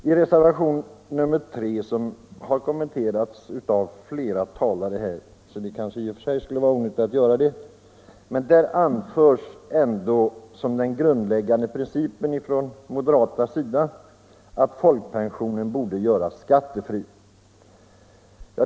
I reservationen 3, som redan har kommenterats av flera talare och i och för sig skulle vara onödig att ta upp, anförs som en grundläggande princip från den moderata sidan att folkpensionen bör göras skattefri.